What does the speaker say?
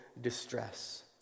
distress